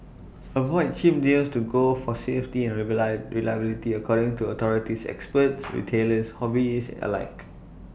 avoid cheap deals to go for safety and read be lie reliability according to authorities experts retailers hobbyists alike